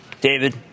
David